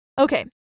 okay